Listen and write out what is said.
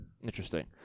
Interesting